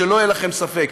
שלא יהיה לכם ספק,